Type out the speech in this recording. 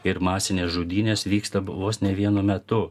ir masinės žudynės vyksta vos ne vienu metu